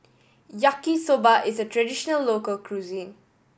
Yaki Soba is a traditional local cuisine